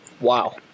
Wow